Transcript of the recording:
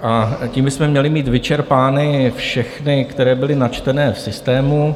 A tím bychom měli mít vyčerpány všechny, které byly načteny v systému.